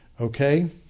Okay